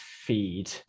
feed